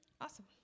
Awesome